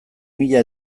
mila